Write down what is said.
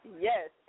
Yes